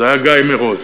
זה היה גיא מרוז.